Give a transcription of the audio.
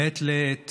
מעת לעת